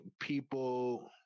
people